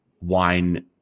wine-